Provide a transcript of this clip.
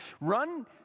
Run